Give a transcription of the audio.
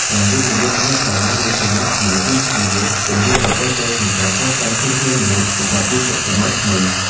ការវិនិយោគលើសាលារៀនជំនាន់ថ្មីគឺជាជំហានដ៏ត្រឹមត្រូវក្នុងការកសាងធនធានមនុស្សសម្រាប់យុគសម័យថ្មី។